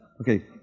Okay